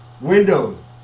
windows